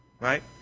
Right